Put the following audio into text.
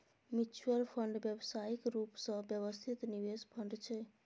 mutual fund व्यावसायिक रूप सँ व्यवस्थित निवेश फंड छै